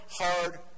hard